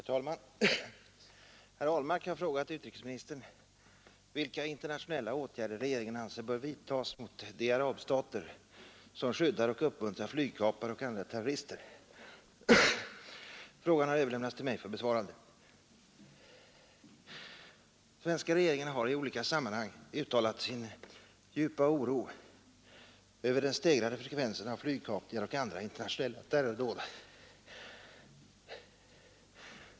Herr talman! Herr Ahlmark har frågat utrikesministern vilka internationella åtgärder regeringen anser bör vidtas mot de arabstater, som skyddar och uppmuntrar flygkapare och andra terrorister. Frågan har överlämnats till mig för besvarande. Svenska regeringen har i olika sammanhang uttalat sin djupa oro över den stegrade frekvensen av flygkapningar och andra internationella terrordåd.